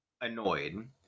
annoyed